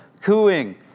cooing